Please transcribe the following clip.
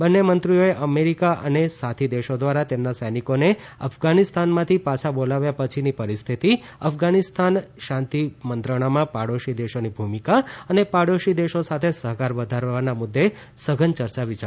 બંને મંત્રીઓએ અમેરીકા અને સાથી દેશો દ્વારા તેમના સૈનિકોને અફઘાનીસ્તાનમાંથી પાછા બોલાવ્યા પછીની પરિસ્થિતિ અફઘાન શાંતિ મંત્રણામાં પાડોશી દેશોની ભૂમિકા તથા પાડોશી દેશો સાથે સહકાર વધારવાના મુદ્દે સઘન ચર્ચા વિચારણા કરી છે